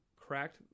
cracked